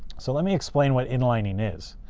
so let me explain what inlining is.